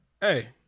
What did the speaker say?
Hey